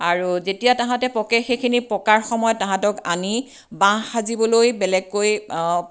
আৰু যেতিয়া তাহাঁতে পকে সেইখিনি পকাৰ সময়ত তাহাঁতক আনি বাহ সাজিবলৈ বেলেগকৈ